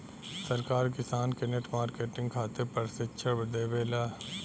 सरकार किसान के नेट मार्केटिंग खातिर प्रक्षिक्षण देबेले?